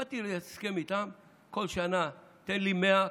באתי להסכם איתם: כל שנה תן לי 100,